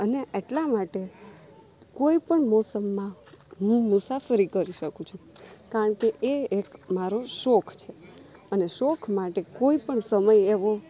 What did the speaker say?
અને એટલા માટે કોઈપણ મોસમમાં હું મુસાફરી કરી શકું છું કારણ કે એ એક મારો શોખ છે અને શોખ માટે કોઈપણ સમયે હું